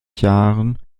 jahren